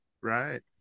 right